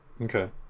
Okay